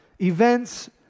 events